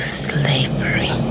slavery